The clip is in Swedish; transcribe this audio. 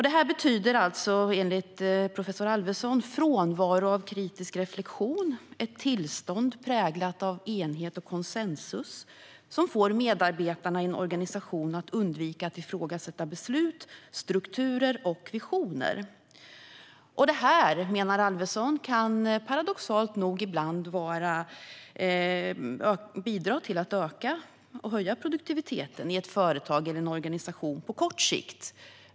Det betyder, enligt professor Alvesson, frånvaro av kritisk reflektion och ett tillstånd präglat av enhet och konsensus som får medarbetarna i en organisation att undvika att ifrågasätta beslut, strukturer och visioner. Alvesson menar att detta paradoxalt nog ibland kan bidra till att öka produktiviteten i ett företag eller en organisation på kort sikt.